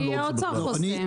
כי האוצר חוסם.